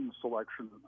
selection